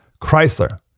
Chrysler